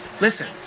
listen